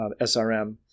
SRM